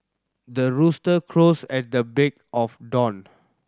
the rooster crows at the big of dawned